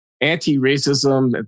anti-racism